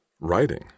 Writing